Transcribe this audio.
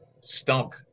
stunk